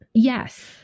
Yes